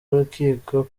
w’urukiko